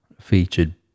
featured